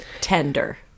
tender